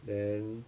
then